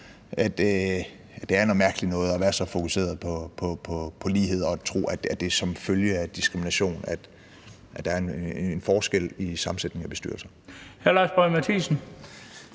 at det er noget mærkeligt noget at være så fokuseret på lighed og at tro, at det er som følge af diskrimination, at der er en forskel i sammensætningen af bestyrelser.